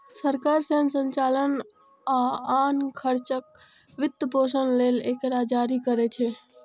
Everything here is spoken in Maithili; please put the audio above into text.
सरकार सैन्य संचालन आ आन खर्चक वित्तपोषण लेल एकरा जारी करै छै